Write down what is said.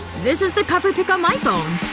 this is the cover pic on my phone,